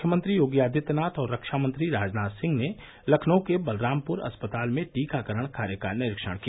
मुख्यमंत्री योगी आदित्यनाथ और रक्षामंत्री राजनाथ सिंह ने लखनऊ के बलरामपुर अस्पताल में टीकाकरण कार्य का निरीक्षण किया